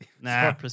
Nah